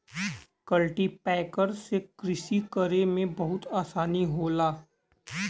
cultipacker से कृषि करे में बहुते आसानी होला